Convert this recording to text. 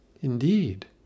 Indeed